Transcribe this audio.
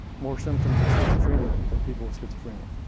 more symptoms of schizophrenia, than people with schizophrenia?